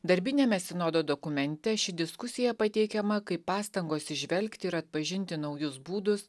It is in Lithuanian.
darbiniame sinodo dokumente ši diskusija pateikiama kaip pastangos įžvelgti ir atpažinti naujus būdus